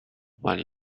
what